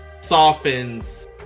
softens